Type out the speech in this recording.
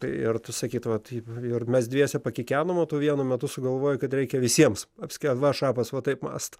tai ir tu sakyti va taip ir mes dviese pakikenom tu vienu metu sugalvoji kad reikia visiems apskelbti šapas va taip mąsto